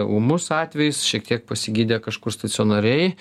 ūmus atvejis šiek tiek pasigydė kažkur stacionariai